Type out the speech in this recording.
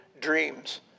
dreams